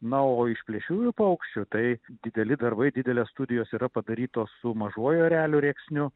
na o iš plėšriųjų paukščių tai dideli darbai didelės studijos yra padarytos su mažuoju ereliu rėksniu